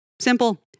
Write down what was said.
simple